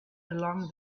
along